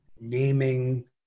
naming